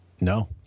No